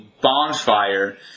bonfire